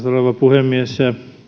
puhemies